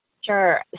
Sure